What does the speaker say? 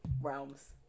realms